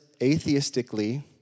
atheistically